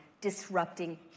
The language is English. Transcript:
disrupting